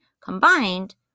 combined